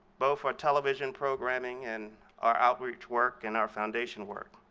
both our television programming, and our outreach work, and our foundation work,